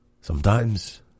Sometimes